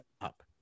up